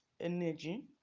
energy